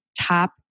top